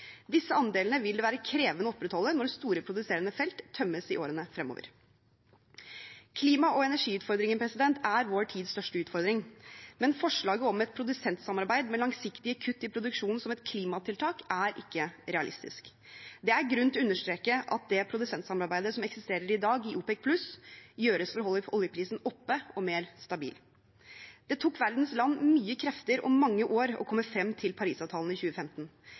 Disse andelene vil det være krevende å opprettholde når store produserende felt tømmes i årene fremover. Klima- og energiutfordringen er vår tids største utfordring, men forslaget om et produsentsamarbeid med langsiktige kutt i produksjonen som et klimatiltak, er ikke realistisk. Det er grunn til å understreke at det produsentsamarbeidet som eksisterer i dag i OPEC+, gjøres for å holde oljeprisen oppe og mer stabil. Det tok verdens land mye krefter og mange år å komme frem til Parisavtalen i 2015.